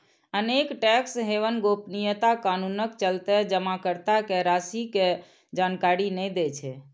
अनेक tax haven गोपनीयता कानूनक चलते जमाकर्ता के राशि के जानकारी नै दै छै